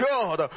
God